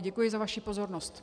Děkuji za vaši pozornost.